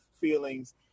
feelings